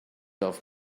off